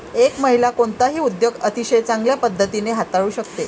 एक महिला कोणताही उद्योग अतिशय चांगल्या पद्धतीने हाताळू शकते